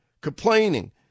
complaining